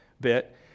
bit